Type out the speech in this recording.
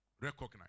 Recognize